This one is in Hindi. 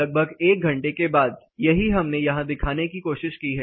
लगभग एक घंटे के बाद यही हमने यहाँ दिखाने की कोशिश की है